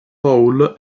paul